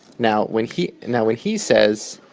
now, when he now. when he says,